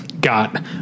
got